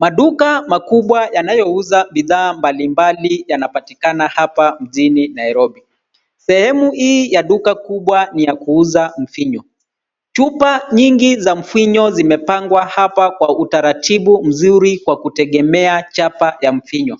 Maduka makubwa yanayouza bidhaa mbalimbali yanapatikana hapa mjini Nairobi. Sehemu hii ya duka kubwa ni ya kuuza mvinyo. Chupa nyingi za mvinyo zimepangwa hapa kwa utaratibu mzuri kwa kutegemea chapati ya mvinyo.